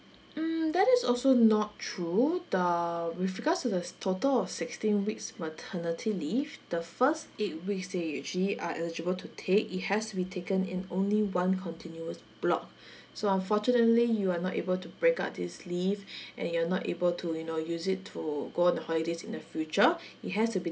mm that is also not true the with regards to the total of sixteen weeks maternity leave the first eight weeks that you actually are eligible to take it has to be taken in only one continuous block so unfortunately you are not able to break up this leave and you're not able to you know use it to go on the holidays in the future it has to be